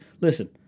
Listen